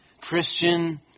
Christian